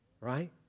Right